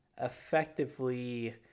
effectively